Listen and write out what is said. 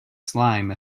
slime